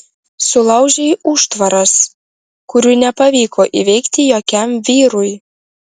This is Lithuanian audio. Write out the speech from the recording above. sulaužei užtvaras kurių nepavyko įveikti jokiam vyrui